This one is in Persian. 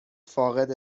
فاقد